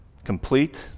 complete